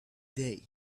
day